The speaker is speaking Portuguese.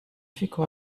ficou